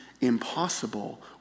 impossible